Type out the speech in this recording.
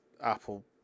Apple